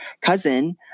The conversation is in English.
cousin